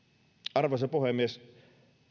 arvoisa puhemies